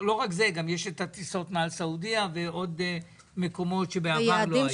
לא רק זה - גם יש את הטיסות מעל סעודיה ומעל עוד מקומות שבעבר לא היו.